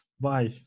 Bye